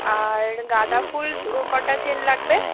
আর গাঁদাফুল কটা চেন লাগবে